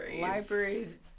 Libraries